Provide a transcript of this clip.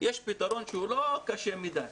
שהוא לא קשה מדי.